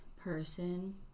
person